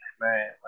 man